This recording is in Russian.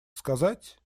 сказать